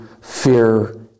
fear